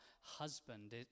husband